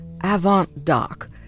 avant-doc